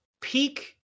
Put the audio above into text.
peak